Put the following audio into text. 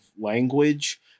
language